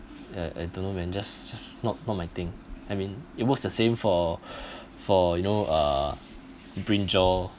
uh I don't know man just just not not my thing I mean it works the same for for you know uh brinjal